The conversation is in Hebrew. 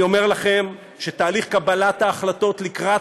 אני אומר לכם שתהליך קבלת ההחלטות לקראת